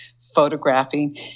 photographing